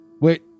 Wait